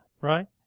right